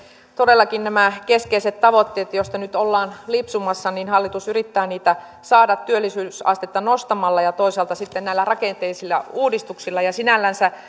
todellakin näitä keskeisiä tavoitteita joista nyt ollaan lipsumassa hallitus yrittää saada työllisyysastetta nostamalla ja toisaalta sitten näillä rakenteellisilla uudistuksilla ja sinällänsä